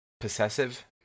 possessive